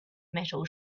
metal